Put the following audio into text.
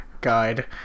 Guide